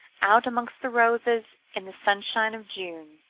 out amongst the roses in the sunshine of june.